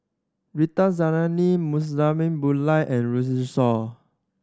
Rita Zahara Murali Pillai and Runme Shaw